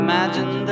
Imagine